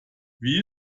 wie